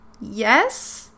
Yes